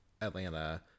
Atlanta